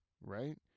right